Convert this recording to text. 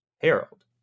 Harold